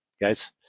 Guys